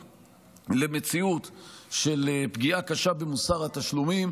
למציאות של פגיעה קשה במוסר התשלומים,